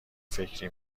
فکری